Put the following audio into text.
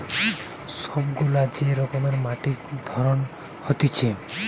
সব গুলা যে রকমের মাটির ধরন হতিছে